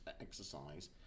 exercise